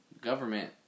government